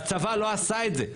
והצבא לא עשה את זה.